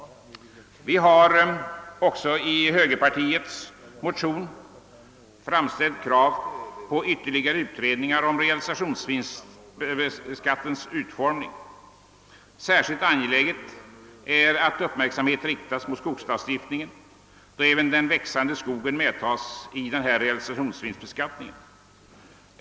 Vi har i högerpartiets motioner framställt krav på ytterligare utredningar om = realisationsvinstskattens utformning. Särskilt angeläget är att uppmärksamhet riktas mot skogsskattelagstiftningen, då även den växande skogen medtas i den föreslagna realisationsvinstbeskattningen.